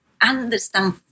understand